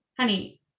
Honey